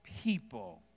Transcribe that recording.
people